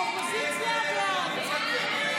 ההסתייגויות לסעיף 06